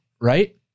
right